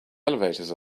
elevators